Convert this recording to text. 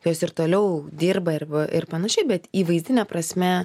jos ir toliau dirba ir ir panašiai bet įvaizdine prasme